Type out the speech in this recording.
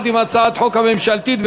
התשע"ג 2013,